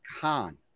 khan